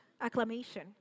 acclamation